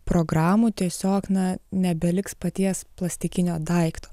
programų tiesiog na nebeliks paties plastikinio daikto